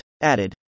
Added